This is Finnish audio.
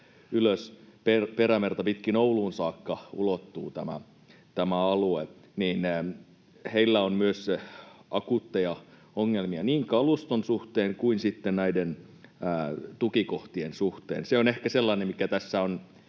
ylös Perämerta pitkin Ouluun saakka ulottuu tämä alue. Heillä on myös akuutteja ongelmia niin kaluston suhteen kuin sitten näiden tukikohtien suhteen. Se on ehkä sellainen, mikä tässä on